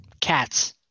Cats